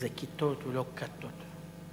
זה כִּתות ולא כָּתות.